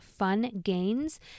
FUNGAINS